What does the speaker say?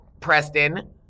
Preston